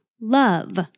love